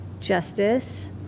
justice